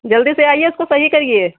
जल्दी से आईए इसको सही करिए